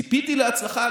ציפיתי להצלחה,